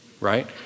right